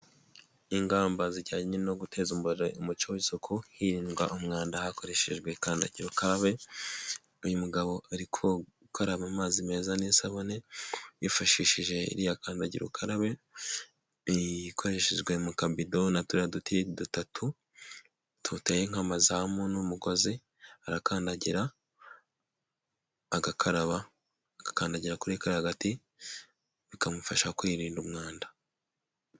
Ingamba zijyanye no guteza imbere umuco w'isuku hirindwa umwanda hakoreshejwe kandagira ukabe; uyu mugabo ari gukaraba amazi meza n'isabune, yifashishije iriya kandagira ukarabe ikoreshejwe mu kabido naturiya duti dutatu tuteye nk'amazamu n'umugozi, arakandagira agakaraba, agakandagira kuri kariya gati bikamufasha kwirinda umwanda.